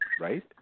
right